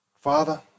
Father